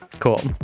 cool